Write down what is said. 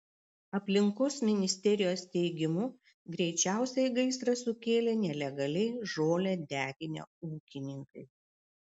aplinkos ministerijos teigimu greičiausiai gaisrą sukėlė nelegaliai žolę deginę ūkininkai